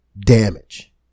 damage